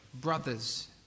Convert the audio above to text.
brothers